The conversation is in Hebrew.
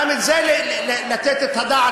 גם על העניין הזה לתת את הדעת.